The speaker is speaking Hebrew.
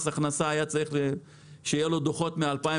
מס הכנסה היה צריך שיהיה לו דוחות מ-2018,